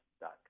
dot